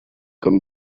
comme